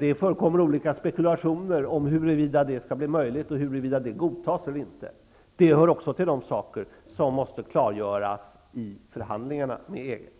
Det förekommer olika spekulationer om huruvida det blir möjligt, huruvida det kommer att godtas eller inte. Det hör också till de saker som måste klargöras i förhandlingarna med EG.